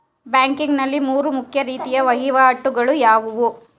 Banking ನಲ್ಲಿ ಮೂರು ಮುಖ್ಯ ರೀತಿಯ ವಹಿವಾಟುಗಳು ಯಾವುವು?